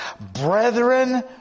Brethren